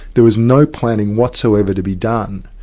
there was no planning whatsoever to be done.